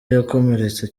yakomeretse